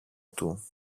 του